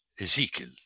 Ezekiel